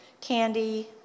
candy